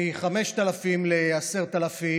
אף אחד לא יודע מה תהיה תוצאת הבחירות.